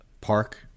park